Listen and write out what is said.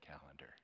calendar